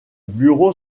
bureau